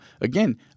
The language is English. again